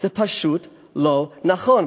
זה פשוט לא נכון.